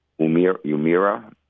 Umira